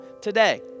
today